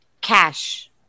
Cash